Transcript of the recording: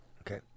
Okay